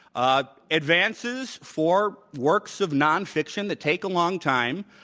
ah advances for works of nonfiction that take a long time,